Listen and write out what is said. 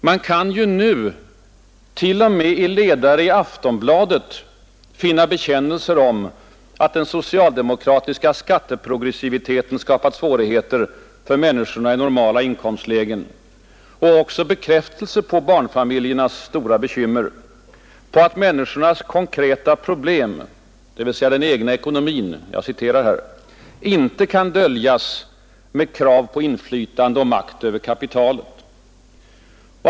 Man kan ju nu t.o.m. i ledare i Aftonbladet finna bekännelser om att den socialdemokratiska skatteprogressiviteten skapat svårigheter för människorna i normala inkomstlägen och bekräftelse på barnfamiljernas stora bekymmer, på att människans konkreta problem, dvs. den egna ekonomin, inte kan döljas med krav på inflytande och makt över kapitalet.